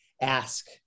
ask